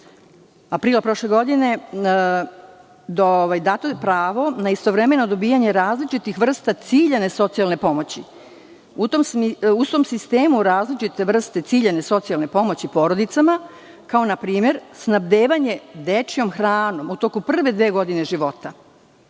aprila prošle godine dato pravo na istovremena dobijanja različitih vrsta ciljane socijalne pomoći. U tom sistemu različite vrste ciljane socijalne pomoći porodicama, kao npr. snabdevanje dečjom hranom u toku prve dve godine života,